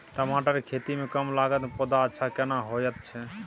टमाटर के खेती में कम लागत में पौधा अच्छा केना होयत छै?